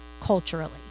culturally